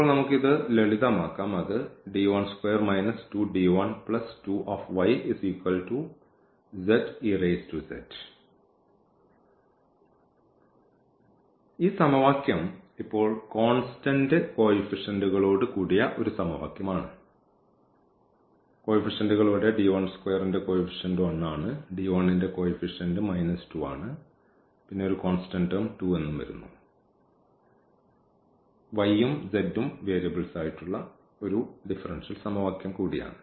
ഇപ്പോൾ നമുക്ക് ഇത് ലളിതമാക്കാം അത് അതിനാൽ ഈ സമവാക്യം ഇപ്പോൾ കോൺസ്റ്റന്റ് കോയിഫിഷ്യൻറുകളോട് കൂടിയാണ്